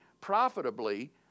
profitably